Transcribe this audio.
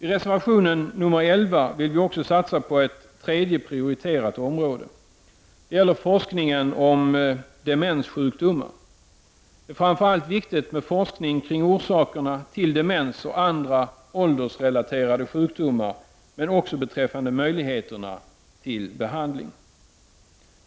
I reservation 11 vill vi också satsa på ett tredje prioriterat område. Det gäller forskningen om demenssjukdomar. Det är särskilt viktigt med forskning kring orsakerna till demens och andra åldersrelaterade sjukdomar men också beträffande möjligheterna till behandling.